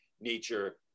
nature